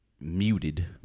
muted